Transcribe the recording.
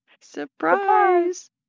Surprise